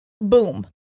boom